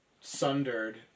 sundered